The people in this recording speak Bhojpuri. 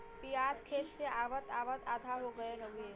पियाज खेत से आवत आवत आधा हो गयल हउवे